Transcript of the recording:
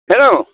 hello